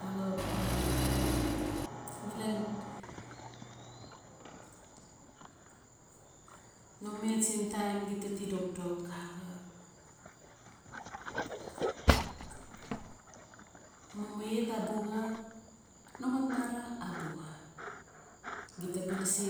Axap a axap malen no met sin no taim gita ti dokdok axap mamaxet a buxa no mat mara a buxa gita ba lasi